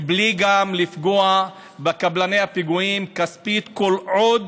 בלי לפגוע בקבלני הפיגומים כספית כל עוד